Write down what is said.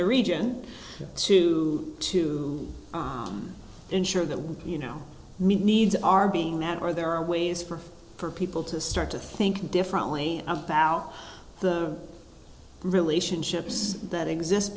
the region to to ensure that we you know meet needs are being met or there are ways for for people to start to think differently about the relationships that exist